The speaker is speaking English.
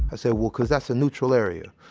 i said, well, cause that's a neutral area.